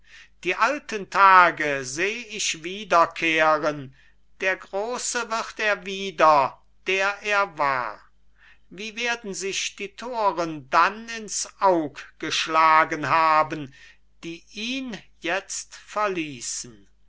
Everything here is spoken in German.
die alten tage seh ich wiederkehren der große wird er wieder der er war wie werden sich die toren dann ins aug geschlagen haben die ihn jetzt verließen